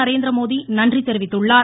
நரேந்திரமோடி நன்றி தெரிவித்துள்ளார்